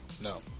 No